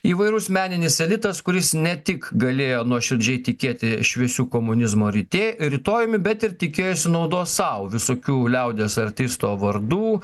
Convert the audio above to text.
įvairus meninis elitas kuris ne tik galėjo nuoširdžiai tikėti šviesiu komunizmo rytė rytojumi bet ir tikėjosi naudos sau visokių liaudies artisto vardų